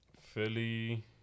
Philly